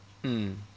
mm